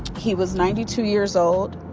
he was ninety two years old.